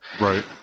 right